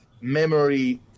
memory